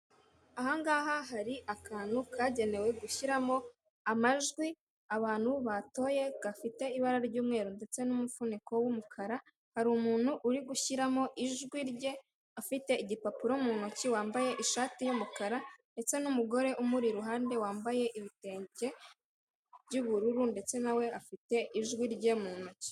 Aha ngaha hari akantu kagenewe gushyiramo amajwi abantu batoye gafite ibara ry'umweru ndetse n'umufuniko w'umukara, hari umuntu uri gushyiramo ijwi rye afite igipapuro mu ntoki wambaye ishati y'umukara ndetse n'umugore umuri iruhande wambaye ibitenge by'ubururu ndetse nawe we afite ijwi rye mu ntoki.